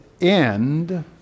end